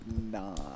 Nine